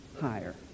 higher